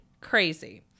crazy